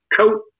coat